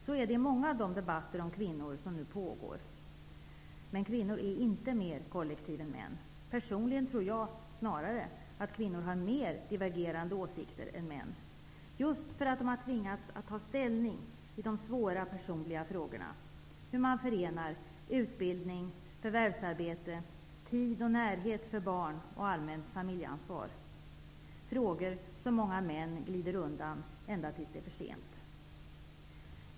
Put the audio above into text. Så är det i många av de debatter om kvinnor som nu pågår. Men kvinnor utgör inte ett kollektiv mer än män. Personligen tror jag snarare att kvinnor har mer divergerande åsikter än män -- just för att de har tvingats att ta ställning i de svåra personliga frågorna om hur man förenar utbildning, förvärvsarbete, tid och närhet för barn och allmänt familjeansvar. Det är frågor som många män glider undan ända tills det är för sent.